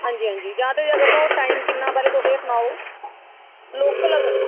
हां जी हां जी जां ते अगर टाइम किन्ना पैह्ले तुस एह् सनाओ लोकल अगर